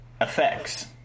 effects